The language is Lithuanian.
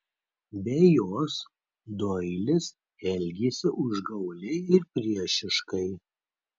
be jos doilis elgėsi užgauliai ir priešiškai